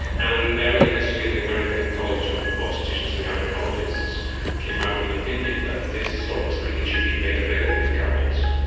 and earlier this year the american college of obstetricians and gynaecologists came out with an opinion that this sort of screening should be made available to couples.